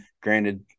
Granted